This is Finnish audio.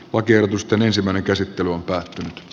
oikeutustan ensimmäinen käsittely aiheellista